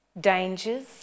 dangers